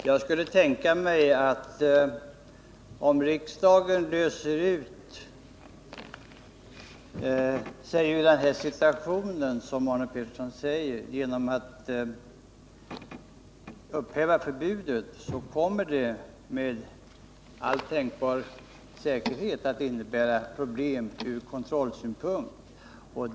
Herr talman! Jag skulle tänka mig att det, om riksdagen löser ut sig ur den här situationen — som Arne Pettersson säger — genom att upphäva förbudet, med all säkerhet kommer att innebära problem ur kontrollsynpunkt.